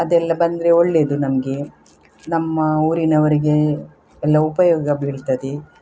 ಅದೆಲ್ಲ ಬಂದರೆ ಒಳ್ಳೆಯದು ನಮಗೆ ನಮ್ಮ ಊರಿನವರಿಗೆ ಎಲ್ಲ ಉಪಯೋಗ ಬೀಳ್ತದೆ